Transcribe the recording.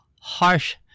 harsh